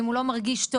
אם הוא לא מרגיש טוב,